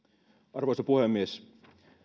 arvoisa puhemies